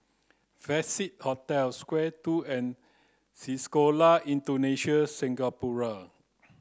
Festive Hotel Square two and Sekolah Indonesia Singapura